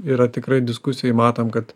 yra tikrai diskusijų matom kad